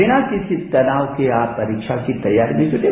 बिना किसी तनाव के आप परीक्षा की तैयारी में जूटें